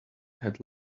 had